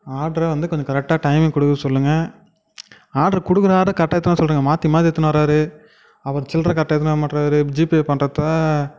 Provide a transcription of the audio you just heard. ஆர்டரை வந்து கொஞ்சம் கரெக்டாக டைமிங்க்கு கொடுக்கச்சொல்லுங்க ஆர்ட்ரு கொடுக்குற ஆர்டரை கரெக்டாக எடுத்துகின்னு வரச்சொல்லுங்க மாற்றி மாற்றி எடுத்துன்னு வரார் அவர் சில்லறை கரெக்டாக எடுத்துகிட்டு வரமாட்றார் ஜிபே பண்ணுறதா